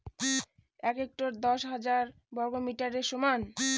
এক হেক্টর দশ হাজার বর্গমিটারের সমান